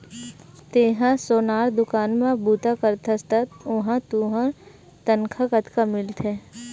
तेंहा सोनार दुकान म बूता करथस त उहां तुंहर तनखा कतका मिलथे?